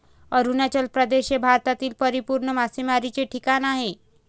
अरुणाचल प्रदेश हे भारतातील परिपूर्ण मासेमारीचे ठिकाण आहे